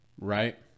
Right